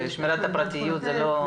זאת שמירת הפרטיות.